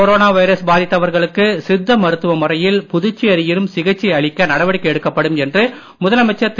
corona virus பாதித்தவர்களுக்கு சித்த மருத்துவ முறையில் புதுச்சேரியிலும் சிகிச்சை அளிக்க நடவடிக்கை எடுக்கப்படும் என்று முதலமைச்சர் திரு